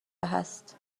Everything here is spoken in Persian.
هست